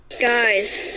Guys